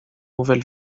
nouvelle